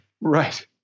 Right